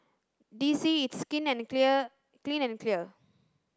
D C it's Skin and Clear Clean and Clear